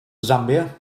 zambia